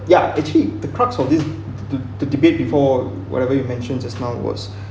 ya actually the crux of this to to to debate before whatever you mentioned just now was